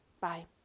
Bye